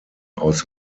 aus